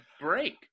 break